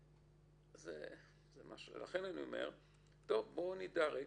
ישי, בבקשה.